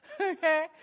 okay